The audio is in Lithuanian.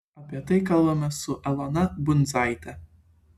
apie tai kalbamės su elona bundzaite